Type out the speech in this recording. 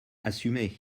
assumez